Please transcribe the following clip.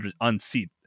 unseat